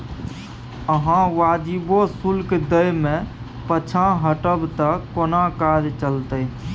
अहाँ वाजिबो शुल्क दै मे पाँछा हटब त कोना काज चलतै